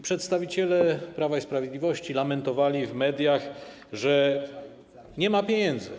Przedstawiciele Prawa i Sprawiedliwości lamentowali w mediach, że nie ma pieniędzy.